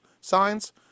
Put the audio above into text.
signs